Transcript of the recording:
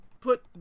Put